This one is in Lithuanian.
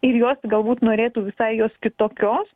ir jos galbūt norėtų visai jos kitokios